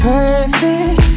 Perfect